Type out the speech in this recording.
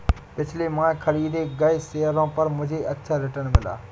पिछले माह खरीदे गए शेयरों पर मुझे अच्छा रिटर्न मिला